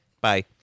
Bye